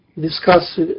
Discuss